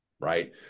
right